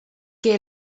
que